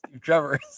Trevor